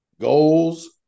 goals